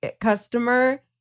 customer